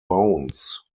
bones